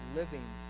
living